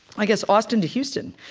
i guess, austin to houston,